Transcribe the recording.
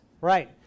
Right